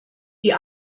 die